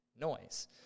noise